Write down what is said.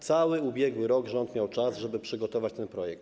Cały ubiegły rok rząd miał czas, żeby przygotować ten projekt.